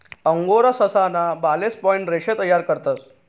angora ससा ना बालेस पाइन रेशे तयार करतस